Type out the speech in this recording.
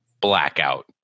Blackout